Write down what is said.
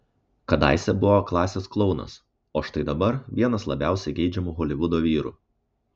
kadaise buvo klasės klounas o štai dabar vienas labiausiai geidžiamų holivudo vyrų